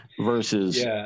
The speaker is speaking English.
versus